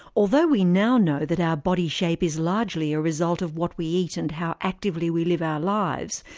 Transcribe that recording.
although we now know that our body shape is largely a result of what we eat and how actively we live our lives,